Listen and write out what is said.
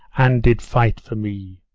and did fight for me?